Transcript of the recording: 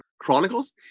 Chronicles